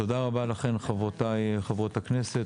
תודה רבה לכם חברותיי חברות הכנסת.